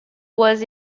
was